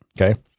okay